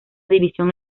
división